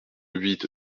huit